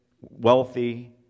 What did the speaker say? wealthy